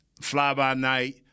fly-by-night